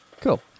Cool